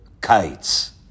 Kites